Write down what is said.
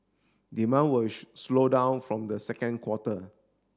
demand will slow down from the second quarter